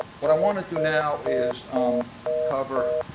what i wanna do now is cover,